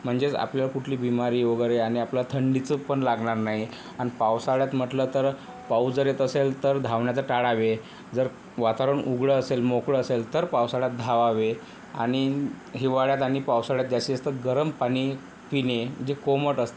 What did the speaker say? म्हणजेच आपल्याला कुठली बिमारी वगैरे आणि आपला थंडीचं पण लागणार नाही आणि पावसाळ्यात म्हटलं तर पाऊस जर येत असेल तर धावण्याचं टाळावे जर वातावरण उघडं असेल मोकळं असेल तर पावसाळ्यात धावावे आणि हिवाळ्यात आनि पावसाळ्यात जास्तीत जास्त गरम पानी पिणे जे कोमट अस